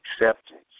acceptance